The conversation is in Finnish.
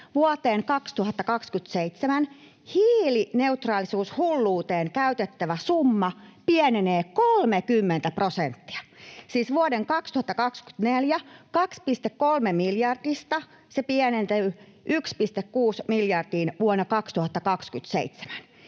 vuoteen 2027 hiilineutraalisuushulluuteen käytettävä summa pienenee 30 prosenttia — siis vuodesta 2024 vuoteen 2027 se pienentyy 2,3 miljardista 1,6